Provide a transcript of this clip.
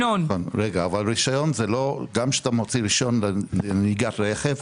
גם כשאתה מוציא רשיון לנהיגה ברכב,